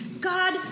God